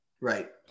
Right